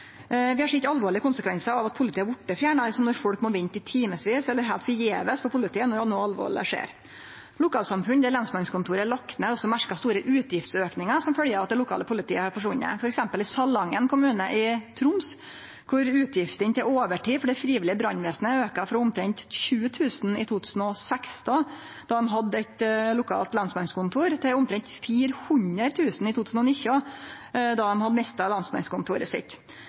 Vi har sett alvorlege konsekvensar av at politi har vorte fjernare, slik at folk har måtta vente i timevis eller heilt forgjeves på politiet når noko alvorleg skjer. Lokalsamfunn der lensmannskontoret er lagt ned, har merka store utgiftsaukar som følgje av at det lokale politiet har forsvunne. For eksempel i Salangen kommune i Troms har utgiftene til overtid til det frivillige brannvesenet auka frå omtrent 20 000 kr i 2016, då dei hadde eit lokalt lensmannskontor, til omtrent 400 000 kr i 2019, då dei hadde mista lensmannskontoret sitt.